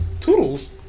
Toodles